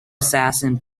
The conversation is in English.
assassin